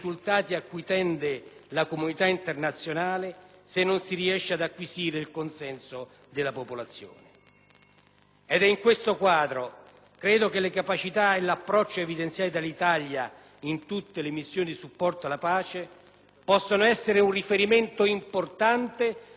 In questo quadro, credo che le capacità e l'approccio evidenziati dall'Italia in tutte le missioni di supporto alla pace possano costituire un riferimento importante per condurre a compimento una missione difficile e complessa come quella nel Paese asiatico;